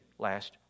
last